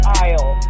aisle